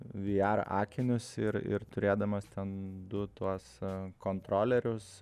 vr akinius ir ir turėdamas ten du tuos kontrolerius